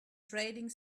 trading